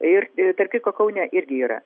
ir tarp kitko kaune irgi yra